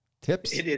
Tips